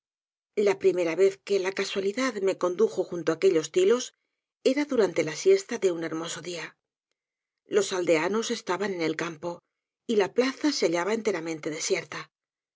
la primera vez que la casualidad me condujo junto á aquellos tilos era durante la siesta de un hermoso dia los aldeanos estaban en el campo y la plaza se hallaba enteramente desiei